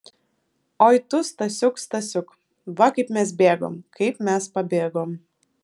oi tu stasiuk stasiuk va kaip mes bėgom kaip mes pabėgom